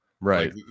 Right